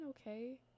okay